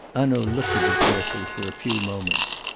hanaud looked at it carefully for a few moments.